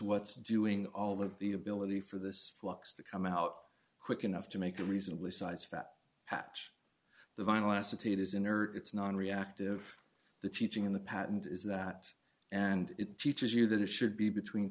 what's doing all of the ability for this flux to come out quick enough to make a reasonably sized fat hatch the vinyl acetate is inert it's nonreactive the teaching in the patent is that and it teaches you that it should be between